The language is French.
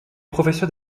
professeur